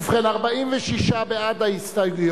ובכן, בעד, 46,